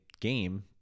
game